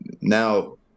Now